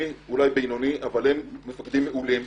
אני אולי בינוני אבל הם מפקדים מעולים